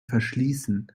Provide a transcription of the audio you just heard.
verschließen